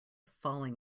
falling